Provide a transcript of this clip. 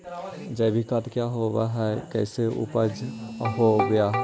जैविक खाद क्या होब हाय कैसे उपज हो ब्हाय?